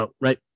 right